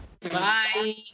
Bye